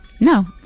No